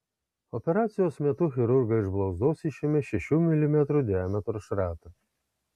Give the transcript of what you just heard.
operacijos metu chirurgai iš blauzdos išėmė šešių milimetrų diametro šratą